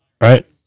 right